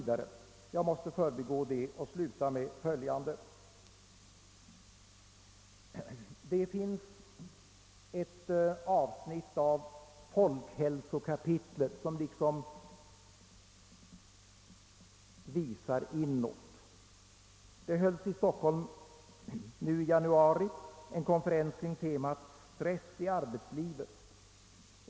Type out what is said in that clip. Jag måste emellertid förbigå det och sluta med följande: Det finns ett avsnitt av folkhälsokapitlet som liksom visar inåt. Det hölls i Stockholm nu i januari en konferens kring temat »Stress i arbetslivet».